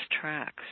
tracks